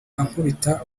ankubita